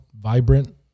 vibrant